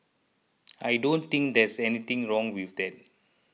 I don't think there's anything wrong with that